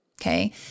Okay